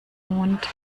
mond